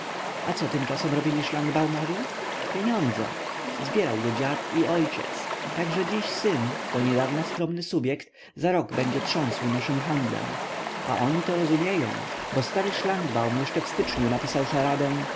a co tymczasem robili szlangbaumowie pieniądze zbierał je dziad i ojciec tak że dziś syn do niedawa skromny subjekt za rok będzie trząsł naszym handlem a oni to rozumieją bo stary szlangbaum jeszcze w styczniu napisał szaradę